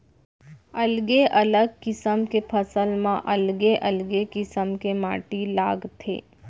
अलगे अलग किसम के फसल म अलगे अलगे किसम के माटी लागथे